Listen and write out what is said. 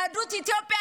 יהדות אתיופיה,